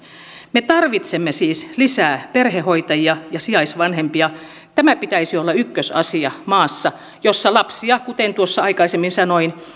me tarvitsemme siis lisää perhehoitajia ja sijaisvanhempia tämän pitäisi olla ykkösasia maassa jossa lapsia kuten tuossa aikaisemmin sanoin